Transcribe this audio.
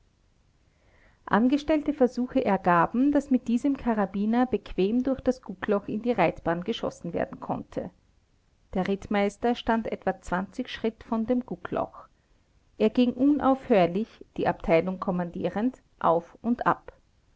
angestellte versuche ergaben daß mit diesem karabiner bequem durch das guckloch in die reitbahn geschossen werden konnte der rittmeister stand etwa schritt von dem guckloch er ging unaufhörlich die abteilung kommandierend auf und ab